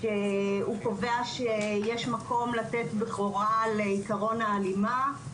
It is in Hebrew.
שהוא קובע שיש מקום לתת הוראה לעיקרון ההלימה.